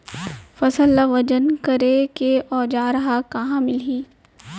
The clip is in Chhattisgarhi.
फसल ला वजन करे के औज़ार हा कहाँ मिलही?